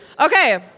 Okay